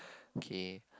kay